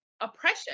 oppression